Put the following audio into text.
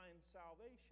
salvation